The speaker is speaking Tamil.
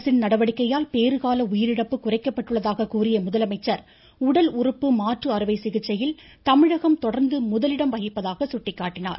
அரசின் நடவடிக்கையால் பேறு கால உயிரிழப்பு குறைக்கப்பட்டுள்ளதாக கூறிய முதலமைச்சர் உடல் உறுப்பு மாற்று அறுவை சிகிச்சையில் தமிழகம் தொடர்ந்து முதல் இடம் வகிப்பதாக சுட்டிக்காட்டினார்